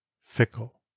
FICKLE